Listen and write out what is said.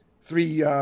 three